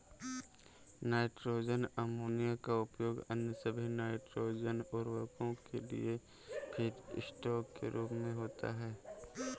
nitrogen ammonia का उपयोग अन्य सभी नाइट्रोजन उवर्रको के लिए फीडस्टॉक के रूप में होता है